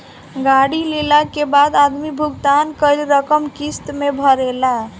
गाड़ी लेला के बाद आदमी भुगतान कईल रकम किस्त में भरेला